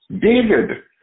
David